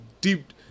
deep